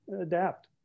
adapt